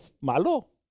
malo